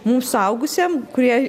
mums suaugusiem kurie